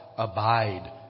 Abide